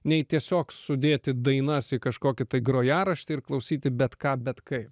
nei tiesiog sudėti dainas į kažkokį grojaraštį ir klausyti bet ką bet kaip